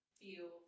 feel